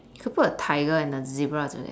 could put a tiger and a zebra or something